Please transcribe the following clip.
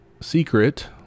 secret